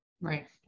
Right